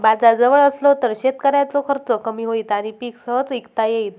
बाजार जवळ असलो तर शेतकऱ्याचो खर्च कमी होईत आणि पीक सहज इकता येईत